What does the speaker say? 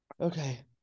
Okay